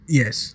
yes